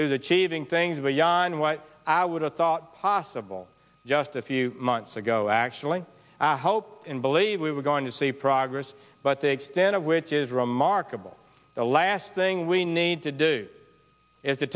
is achieving things very young on what i would have thought possible just a few months ago actually i hope and believe we were going to see progress but the extent of which is remarkable the last thing we need to do is to